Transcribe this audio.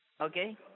okay